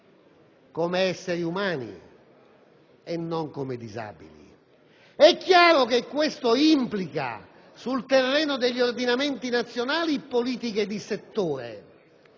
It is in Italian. come esseri umani, e non come disabili. È chiaro che ciò implica sul terreno degli ordinamenti nazionali politiche di settore,